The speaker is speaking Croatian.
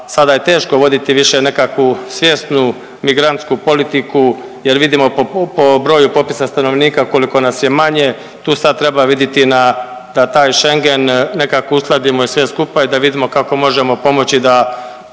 sada je teško voditi više nekakvu svjesni migrantsku politiku jer vidimo po broju popisa stanovnika koliko nas je manje, tu sad treba vidjeti na, da taj Schengen nekako uskladimo i sve skupa i da vidimo kako možemo pomoći da